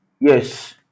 Yes